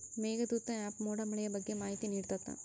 Meghdoot app ಮೋಡ ಮಳೆಯ ಬಗ್ಗೆ ಮಾಹಿತಿ ನಿಡ್ತಾತ